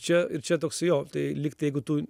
čia ir čia toks jo tai lygtai jeigu tu